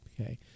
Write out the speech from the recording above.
okay